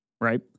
right